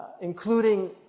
including